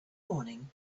morning